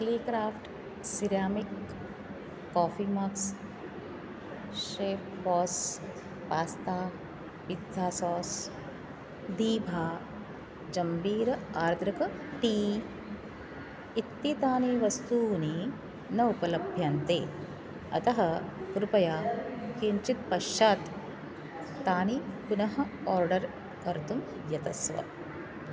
क्ले craft ceramic coffee mugs chefs pasta pizza sauce दीभा जम्बीर आर्द्रक टी इत्येतानि वस्तूनि न उपलभ्यन्ते अतः कृपया किञ्चित् पश्चात् तानि पुनः आर्डर् कर्तुं यतस्व